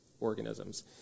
organisms